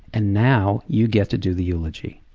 and now you get to do the eulogy'.